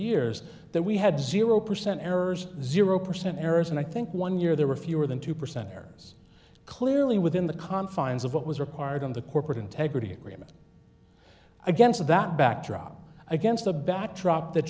years that we had zero percent errors zero percent errors and i think one year there were fewer than two percent errors clearly within the confines of what was required on the corporate integrity agreement against that backdrop against a backdrop that